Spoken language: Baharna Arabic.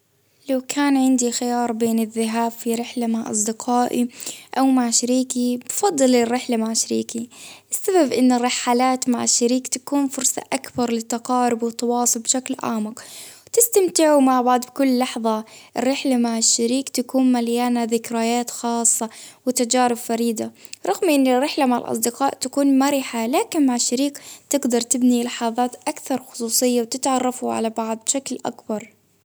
لو كان عندي شعور بين الذهاب في رحلة مع أصدقائي أو مع شريكي ،أفضل الرحلة مع شريكي، بسبب إنه الرحالات مع الشريك تكون فرصة أكبر للتقارب والتواصل بشكل أعمق، تستمتعوا مع بعض في كل لحظة، الرحلة مع الشريك تكون مليانة ذكريات خاصة وتجارب فريدة، رغم إن الرحلة مع الأصدقاء تكون مرحة لا كان مع شريك تقدر تبني لحظات أكثر خصوصية وتتعرفوا على بعض بشكل أكبر.